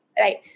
Right